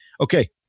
Okay